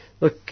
look